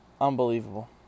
Unbelievable